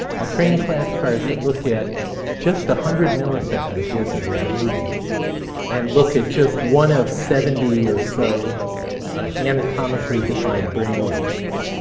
i'll train classifiers that look at just one hundred milliseconds worth of that movie and look at just one of seventy or so anatomically defined brain regions.